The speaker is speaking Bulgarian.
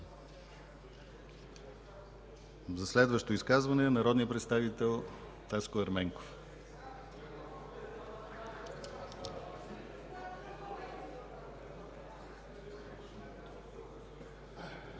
За следващо изказване – народният представител Таско Ерменков. ТАСКО